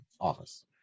office